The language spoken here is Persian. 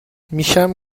میشم